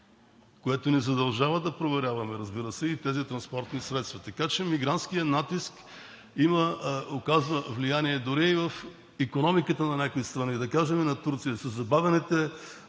което ни задължава да проверяваме, разбира се, и тези транспортни средства. Мигрантският натиск оказва влияние дори и в икономиката на някои страни. Да кажем на Турция – със забавения